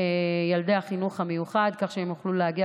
לילדי החינוך המיוחד כך שהם יוכלו להגיע,